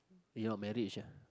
your marriage ah